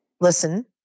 listen